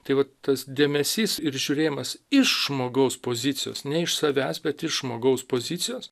tai vat tas dėmesys ir žiūrėjimas iš žmogaus pozicijos ne iš savęs bet iš žmogaus pozicijos